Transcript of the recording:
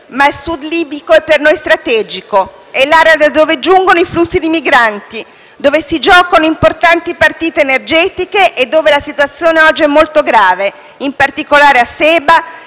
Ma il Sud libico è per noi strategico. È l'area da dove giungono i flussi di migranti, dove si giocano importanti partite energetiche e dove la situazione oggi è molto grave, in particolare a Sebha,